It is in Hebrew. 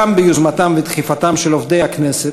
גם ביוזמתם ודחיפתם של עובדי הכנסת,